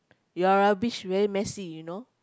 your rubbish very messy you know